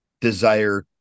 desire